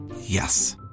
yes